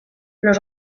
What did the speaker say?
los